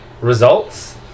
results